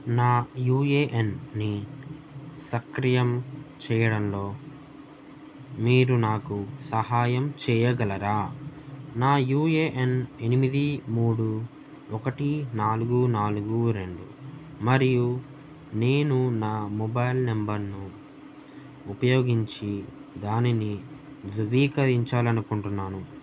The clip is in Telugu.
నా యూ ఏ ఎన్ని సక్రియం చేయడంలో మీరు నాకు సహాయం చేయగలరా నా యూ ఏ ఎన్ ఎనిమిది మూడు ఒకటి నాలుగు నాలుగు రెండు మరియు నేను నా మొబైల్ నెంబర్ను ఉపయోగించి దానిని ధృవీకరించాలి అనుకుంటున్నాను